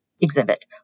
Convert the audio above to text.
exhibit